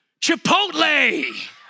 Chipotle